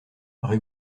rue